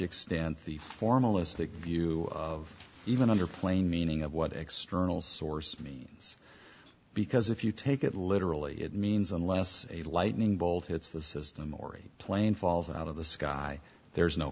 extent the formalistic view of even under plain meaning of what external source is because if you take it literally it means unless a lightning bolt hits the system or a plane falls out of the sky there's no